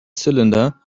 cylinder